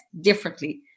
differently